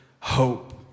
hope